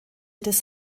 des